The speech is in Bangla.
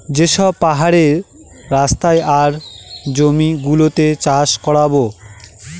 যে সব পাহাড়ের রাস্তা আর জমি গুলোতে চাষ করাবো